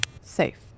Safe